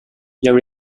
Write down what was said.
there